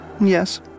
Yes